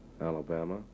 Alabama